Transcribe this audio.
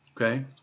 okay